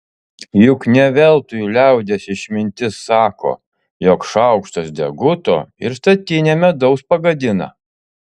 juk ne veltui liaudies išmintis sako jog šaukštas deguto ir statinę medaus pagadina